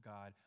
God